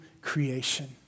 creation